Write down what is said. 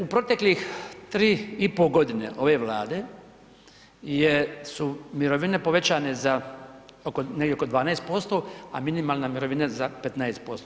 U proteklih 3 i pol godine ove Vlade je, su mirovine povećane za negdje oko 12%, a minimalna mirovina za 15%